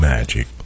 Magic